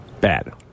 Bad